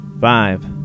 Five